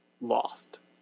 lost